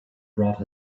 brought